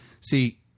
see